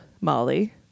Molly